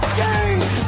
game